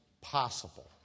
possible